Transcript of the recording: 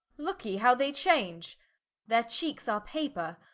looke ye how they change their cheekes are paper.